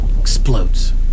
explodes